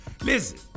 Listen